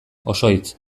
osoitz